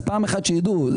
אז פעם אחת שיידעו,